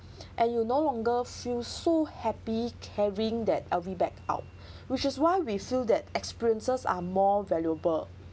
and you'll no longer feel so happy carrying that L_V bag out which is why we feel that experiences are more valuable